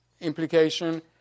implication